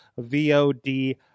VOD